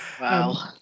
wow